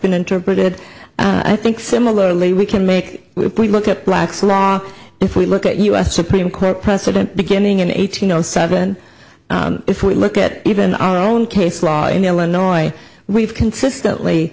been interpreted i think similarly we can make if we look at black's law if we look at u s supreme court precedent beginning in eighteen zero seven if we look at even our own case law in illinois we've consistently